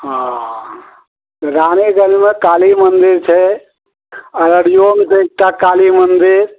हँ रानीगंजमे काली मन्दिर छै अररियोमे छै एकटा काली मन्दिर